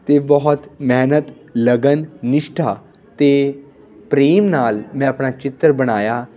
ਅਤੇ ਬਹੁਤ ਮਿਹਨਤ ਲਗਨ ਨਿਸ਼ਠਾ ਅਤੇ ਪ੍ਰੇਮ ਨਾਲ ਮੈਂ ਆਪਣਾ ਚਿੱਤਰ ਬਣਾਇਆ